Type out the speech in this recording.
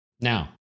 Now